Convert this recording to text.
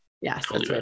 Yes